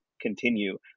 continue